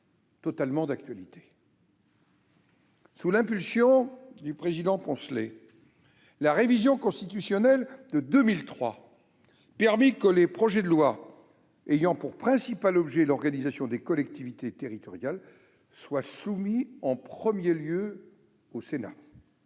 parfaitement d'actualité ! Sous l'impulsion de Christian Poncelet, la révision constitutionnelle de 2003 permit que les projets de loi « ayant pour principal objet l'organisation des collectivités territoriales » soient soumis en premier lieu au Sénat.